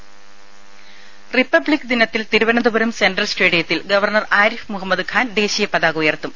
രുഭ റിപ്പബ്ലിക് ദിനത്തിൽ തിരുവനന്തപുരം സെൻട്രൽ സ്റ്റേഡിയത്തിൽ ഗവർണർ ആരിഫ് മുഹമ്മദ് ഖാൻ ദേശീയ പതാക ഉയർത്തും